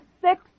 six